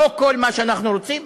לא כל מה שאנחנו רוצים,